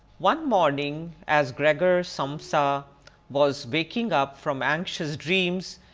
one morning, as gregor samsa was waking up from anxious dreams,